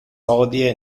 hodie